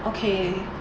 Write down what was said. okay